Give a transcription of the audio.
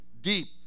deep